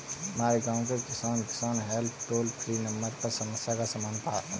हमारे गांव के किसान, किसान हेल्प टोल फ्री नंबर पर समस्या का समाधान पाते हैं